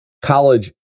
College